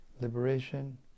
liberation